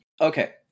Okay